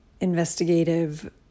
investigative